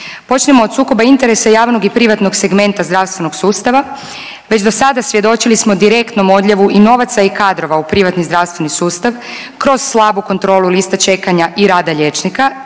Počnimo od sukoba interesa, javnog i privatnog segmenta zdravstvenog sustava. Već do sada svjedočili smo direktnom odljevu i novaca i kadrova u privatni zdravstveni sustav kroz slabu kontrolu liste čekanja i rada liječnika